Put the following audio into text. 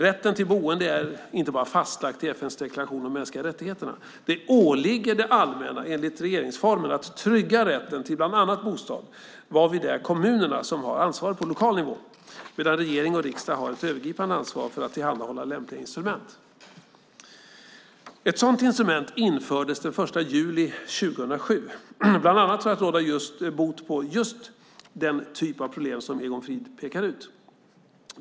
Rätten till boende är inte bara fastlagd i FN:s deklaration om de mänskliga rättigheterna. Det åligger det allmänna, enligt regeringsformen, att trygga rätten till bland annat bostad, varvid det är kommunerna som har ansvaret på lokal nivå, medan regering och riksdag har ett övergripande ansvar för att tillhandahålla lämpliga instrument. Ett sådant instrument infördes den 1 juli 2007, bland annat för att råda bot på just den typ av problem som Egon Frid pekar ut.